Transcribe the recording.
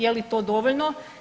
Je li to dovoljno?